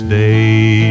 day